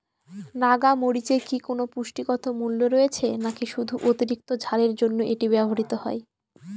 নাগা মরিচে কি কোনো পুষ্টিগত মূল্য রয়েছে নাকি শুধু অতিরিক্ত ঝালের জন্য এটি ব্যবহৃত হয়?